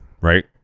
right